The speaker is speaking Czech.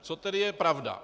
Co tedy je pravda?